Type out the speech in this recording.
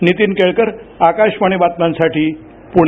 नीतीन केळकर आकाशवाणी बातम्यांसाठी पुणे